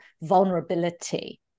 vulnerability